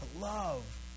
love